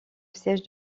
siège